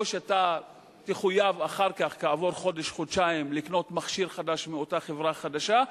או שתחויב כעבור חודש-חודשיים לקנות מכשיר חדש מאותה חברה חדשה,